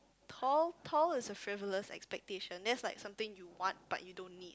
tall tall is a frivolous expectation that is like something you want but you don't need